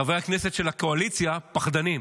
חברי הכנסת של הקואליציה פחדנים.